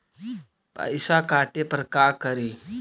पैसा काटे पर का करि?